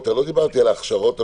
לא דיברתי על ההכשרות המקצועיות,